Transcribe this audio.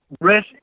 risk